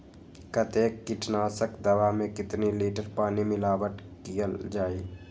कतेक किटनाशक दवा मे कितनी लिटर पानी मिलावट किअल जाई?